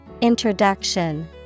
Introduction